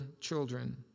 children